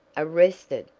arrested!